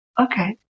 okay